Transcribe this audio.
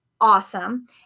awesome